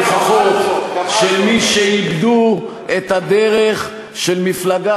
המגוחכות של מי שאיבדו את הדרך של מפלגה